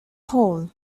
hole